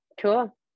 Cool